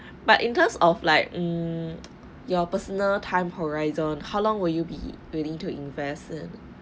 but in terms of like mm your personal time horizon how long will you be willing to invest in